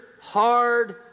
hard